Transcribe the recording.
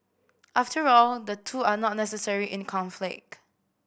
after all the two are not necessarily in conflict